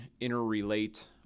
interrelate